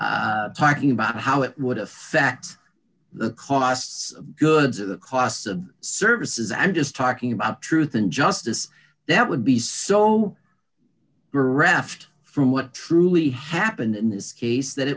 talking about how it would affect the costs of goods or the costs of services i'm just talking about truth and justice that would be so were reft from what truly happened in this case that it